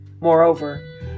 Moreover